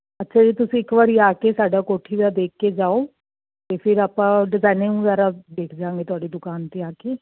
ਅੱਛਾ ਜੀ ਤੁਸੀਂ ਇੱਕ ਵਾਰੀ ਆ ਕੇ ਸਾਡਾ ਕੋਠੀ ਦਾ ਦੇਖ ਕੇ ਜਾਓ ਅਤੇ ਫਿਰ ਆਪਾਂ ਡਿਜਾਇਨਿੰਗ ਵਗੈਰਾ ਦੇਖ ਜਾਂਗੇ ਤੁਹਾਡੀ ਦੁਕਾਨ 'ਤੇ ਆ ਕੇ